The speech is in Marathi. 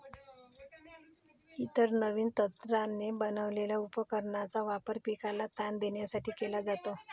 इतर नवीन तंत्राने बनवलेल्या उपकरणांचा वापर पिकाला ताण देण्यासाठी केला जातो